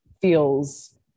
feels